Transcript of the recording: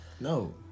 No